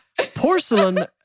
porcelain